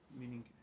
meaning